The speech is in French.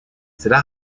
cela